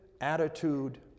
attitude